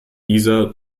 dieser